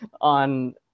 on